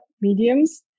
mediums